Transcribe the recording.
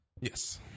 Yes